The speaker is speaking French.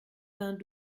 vingt